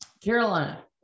Carolina